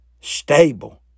stable